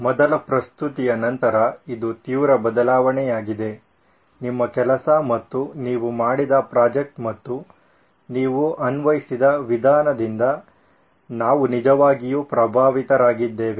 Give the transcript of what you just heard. ಮೊದಲ ಪ್ರಸ್ತುತಿಯ ನಂತರ ಇದು ತೀವ್ರ ಬದಲಾವಣೆಯಾಗಿದೆ ನಿಮ್ಮ ಕೆಲಸ ಮತ್ತು ನೀವು ಮಾಡಿದ ಪ್ರಾಜೆಕ್ಟ್ ಮತ್ತು ನೀವು ಅನ್ವಯಿಸಿದ ವಿಧಾನದಿಂದ ನಾವು ನಿಜವಾಗಿಯೂ ಪ್ರಭಾವಿತರಾಗಿದ್ದೇವೆ